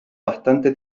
bastante